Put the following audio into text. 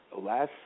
last